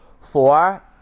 Four